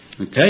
Okay